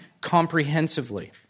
comprehensively